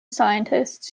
scientists